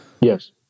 Yes